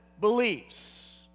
beliefs